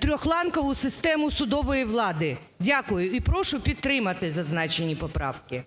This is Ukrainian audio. трьохланкову систему судової влади. Дякую. І прошу підтримати зазначені поправки.